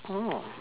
oh